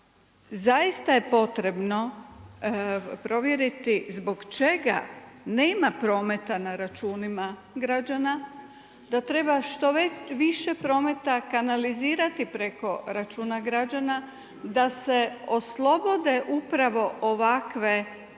Zaista je potrebno provjeriti zbog čega nema prometa na računima građana, da treba što više prometa kanalizirati preko računa građana da se oslobode upravo ovakvi